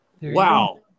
Wow